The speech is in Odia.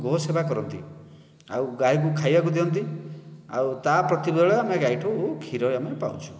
ଗୋ'ସେବା କରନ୍ତି ଆଉ ଗାଈକୁ ଖାଇବାକୁ ଦିଅନ୍ତି ଆଉ ତା' ପ୍ରତିବଦଳରେ ଆମେ ଗାଈଠୁ କ୍ଷୀର ଆମେ ପାଉଛୁ